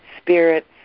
Spirit's